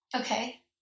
Okay